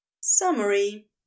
Summary